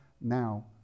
now